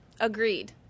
agreed